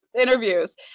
interviews